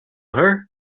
her